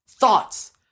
thoughts